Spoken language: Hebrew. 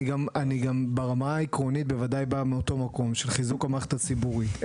אני מגיע מאותו מקום של חיזוק המערכת הציבורית.